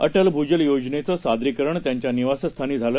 अटलभूजलयोजनेचंसादरीकरण त्यांच्यानिवासस्थानीझालं